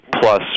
plus